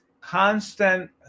constant